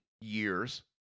years